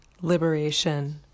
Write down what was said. liberation